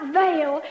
veil